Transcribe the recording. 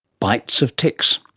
bites of ticks.